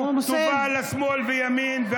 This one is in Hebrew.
טובה לשמאל וימין.